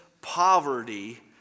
poverty